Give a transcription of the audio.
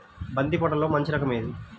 బంతి పంటలో మంచి రకం ఏది?